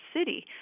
city